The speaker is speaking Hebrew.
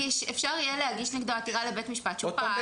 אפשר יהיה להגיש נגדו עתירה לבית המשפט שהוא פעל בחוסר סמכות.